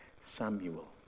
Samuel